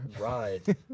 Ride